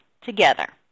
together